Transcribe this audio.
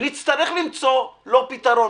ונצטרך למצוא לו פתרון.